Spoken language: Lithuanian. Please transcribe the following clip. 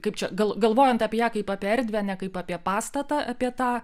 kaip čia gal galvojant apie ją kaip apie erdvę ne kaip apie pastatą apie tą